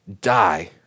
die